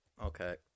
okay